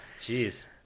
Jeez